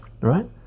right